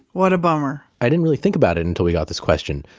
what a bummer i didn't really think about it until we got this question,